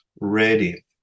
ready